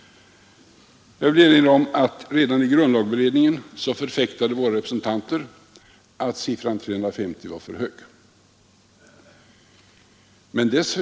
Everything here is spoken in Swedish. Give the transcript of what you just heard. Jag vill erinra om att redan i grundlagberedningen förf äktade våra representanter att siffran 350 var för hög.